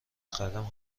قلم